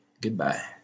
Goodbye